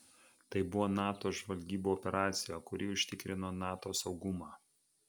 tai buvo nato žvalgybų operacija kuri užtikrino nato saugumą